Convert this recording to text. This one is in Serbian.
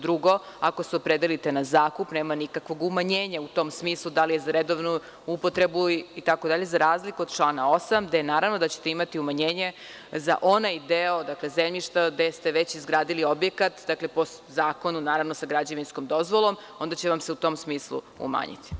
Drugo, ako se opredelite na zakup, nema nikakvog umanjenja u tom smislu da li je za redovnu upotrebu, za razliku od člana 8. gde, naravno da ćete imati umanjenje, za onaj deo, dakle, zemljišta gde ste već izgradili objekat, po zakonu i naravno sa građevinskom dozvolom, onda će vam se u tom smislu umanjiti.